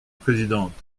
présidente